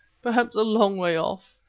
perhaps a long way off.